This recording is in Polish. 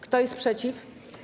Kto jest przeciw?